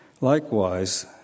Likewise